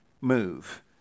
move